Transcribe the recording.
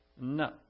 No